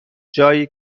جایی